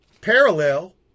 parallel